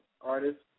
artist